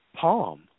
Palm